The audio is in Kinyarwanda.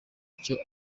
icyo